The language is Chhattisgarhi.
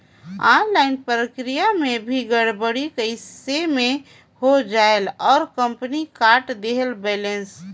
ऑनलाइन प्रक्रिया मे भी गड़बड़ी कइसे मे हो जायेल और कंपनी काट देहेल बैलेंस?